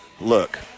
look